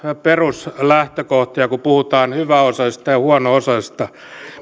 peruslähtökohtia kun puhutaan hyväosaisista ja huono osaisista